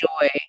joy